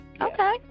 Okay